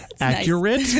accurate